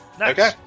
Okay